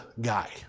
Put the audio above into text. guy